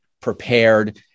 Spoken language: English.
prepared